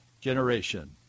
generation